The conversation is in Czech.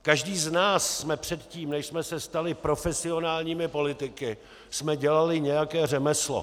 Každý z nás jsme předtím, než jsme se stali profesionálními politiky, dělali nějaké řemeslo.